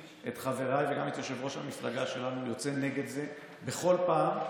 את חבריי וגם את יושב-ראש המפלגה שלנו יוצא נגד זה בכל פעם,